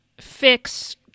fix